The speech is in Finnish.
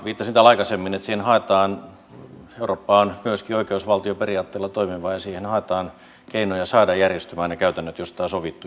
viittasin täällä aikaisemmin siihen että siinä haetaan keinoja eurooppa on myöskin oikeusvaltioperiaatteella toimiva saada järjestymään ne käytännöt joista on sovittu